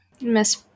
miss